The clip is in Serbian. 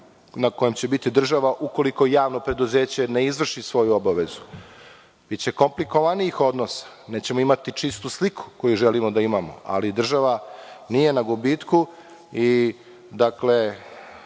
na kojem će biti država ukoliko javno preduzeće ne izvrši svoju obavezu. Biće komplikovanijih odnosa. Nećemo imati čistu sliku koju želimo da imamo, ali država nije na gubitku. Motiv